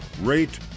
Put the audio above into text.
rate